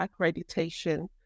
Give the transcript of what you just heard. accreditation